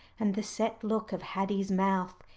and the set look of haddie's mouth.